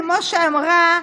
כמו שאמרה,